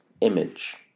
image